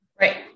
Right